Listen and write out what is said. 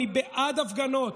אני בעד הפגנות.